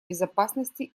безопасности